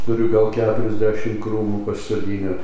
turiu gal keturiasdešim krūmų pasisodinę